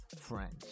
friends